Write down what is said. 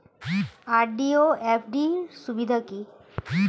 RD ও FD র সুবিধা কি?